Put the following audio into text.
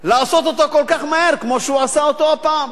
לעשות אותו כל כך מהר כמו שהוא עשה אותו הפעם.